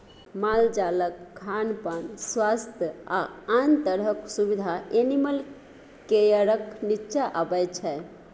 मालजालक खान पीन, स्वास्थ्य आ आन तरहक सुबिधा एनिमल केयरक नीच्चाँ अबै छै